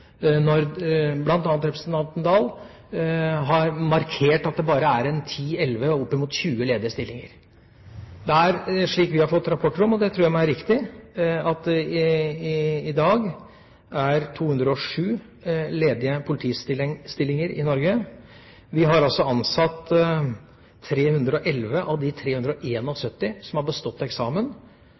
når bl.a. representanten Oktay Dahl har markert at det bare er ti–elleve og opp mot 20 ledige stillinger? Slik vi har fått rapporter om, og det tror jeg må være riktig, er det i dag 207 ledige politistillinger i Norge. Vi har også ansatt 311 av de 371 som har bestått eksamen.